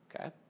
Okay